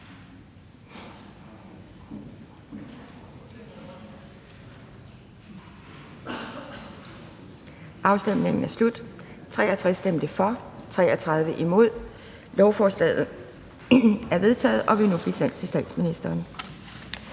hverken for eller imod stemte 2 (NB). Lovforslaget er vedtaget og vil nu blive sendt til statsministeren.